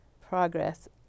progress